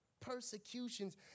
persecutions